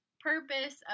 Purpose